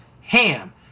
ham